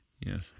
Yes